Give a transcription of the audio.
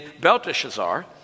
Belteshazzar